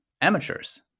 amateurs